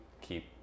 keep